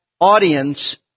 audience